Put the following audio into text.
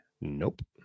Nope